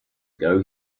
ago